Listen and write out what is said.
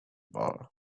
ball